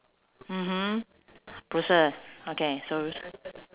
mmhmm bushes okay so